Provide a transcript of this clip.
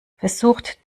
versucht